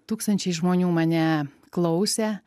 tūkstančiai žmonių mane klausė